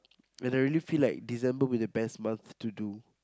and I really feel like December would be the best month to do